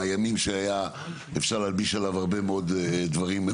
מהימים שהיה אפשר להלביש עליו הרבה מאוד דברים.